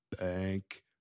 bank